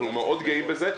אנחנו מאוד גאים בזה.